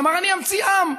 אמר: אני אמציא עם.